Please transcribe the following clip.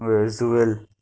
visual